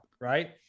right